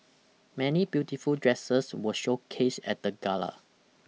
many beautiful dresses were showcased at the gala